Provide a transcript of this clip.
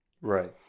Right